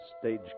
stage